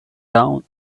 town